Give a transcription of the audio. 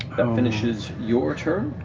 that finishes your turn.